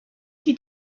she